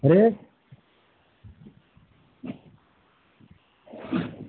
rate